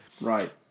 right